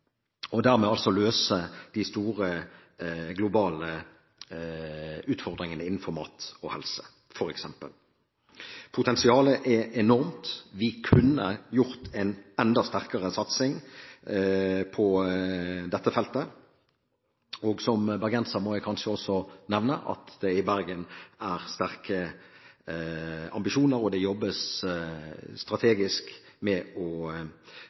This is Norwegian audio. og dermed også for å løse de store, globale utfordringene innenfor mat og helse f.eks. Potensialet er enormt. Vi kunne gjort en enda sterkere satsing på dette feltet. Som bergenser må jeg kanskje også nevne at det i Bergen er sterke ambisjoner, og det jobbes strategisk med å